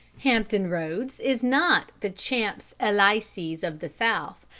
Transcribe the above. hampton roads is not the champs-elysees of the south,